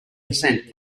descent